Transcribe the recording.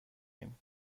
ایم